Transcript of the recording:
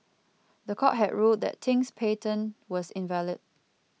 the court had ruled that Ting's patent was invalid